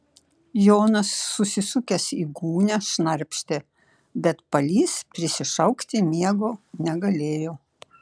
jonas susisukęs į gūnią šnarpštė bet palys prisišaukti miego negalėjo